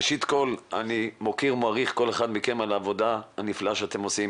ראשית כל אני מוקיר ומעריך כל אחד מכם על העבודה הנפלאה שאתם עושים,